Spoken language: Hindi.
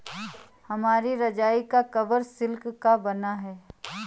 हमारी रजाई का कवर सिल्क का बना है